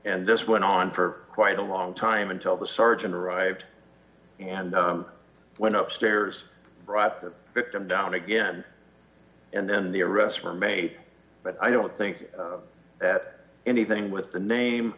and this went on for quite a long time until the sergeant arrived and went up stairs brought the victim down again and then the arrests were made but i don't think that anything with the name